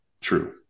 true